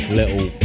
little